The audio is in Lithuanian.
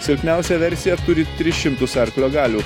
silpniausia versija turi tris šimtus arklio galių